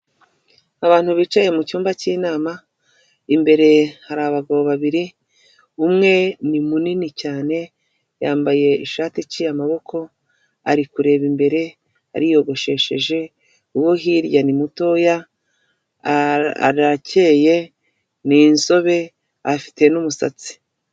Abantu bicaye mu cyumba cy'inama imbere hari abagabo babiri, umwe ni munini cyane yambaye ishati iciye amaboko ari kureba imbere ariyogoshesheje, uwo hirya ni mutoya arakeye n'inzobe afite n'umusatsi.